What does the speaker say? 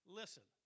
listen